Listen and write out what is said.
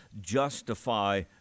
justify